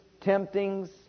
temptings